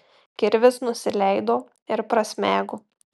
kirvis nusileido ir prasmego